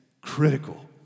critical